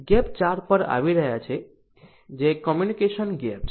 gap 4 પર આવી રહ્યા છે જે કમ્યુનિકેશન ગેપ છે